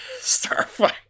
Starfire